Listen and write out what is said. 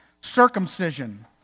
Circumcision